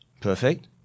perfect